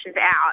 out